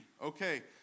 Okay